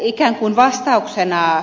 ikään kuin vastauksena ed